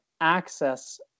access